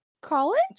college